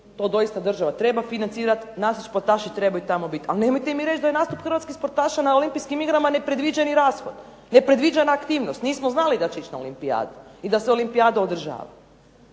To doista država treba financirati. Naši sportaši tamo trebaju biti ali nemojte mi reći da nastup hrvatskih sportaša na Olimpijskim igrama ne predviđeni rashod, nepredviđena aktivnost nismo znali da će ići na olimpijadu i da se olimpijada održava.